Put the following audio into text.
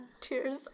tears